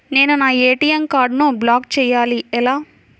నేను నా ఏ.టీ.ఎం కార్డ్ను బ్లాక్ చేయాలి ఎలా?